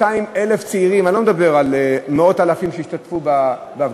להביא 200,000 צעירים אני לא מדבר על מאות אלפים שהשתתפו בהפגנה,